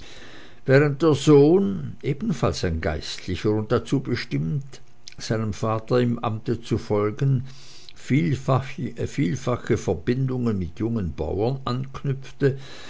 während der sohn ebenfalls ein geistlicher und dazu bestimmt seinem vater im amte zu folgen vielfache verbindungen mit jungen bauern anknüpfte